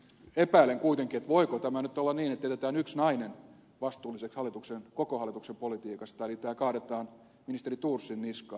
epäilen kuitenkin voiko tämä nyt olla niin että jätetään yksi nainen vastuulliseksi koko hallituksen politiikasta eli tämä kaadetaan ministeri thorsin niskaan